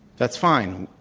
that's fine.